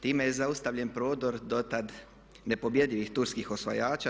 Time je zaustavljen prodor dotad nepobjedivih turskih osvajača.